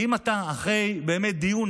כי אם אחרי דיון,